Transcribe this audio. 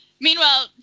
Meanwhile